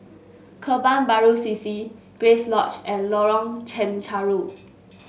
Kebun Baru C C Grace Lodge and Lorong Chencharu